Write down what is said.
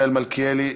מיכאל מלכיאלי,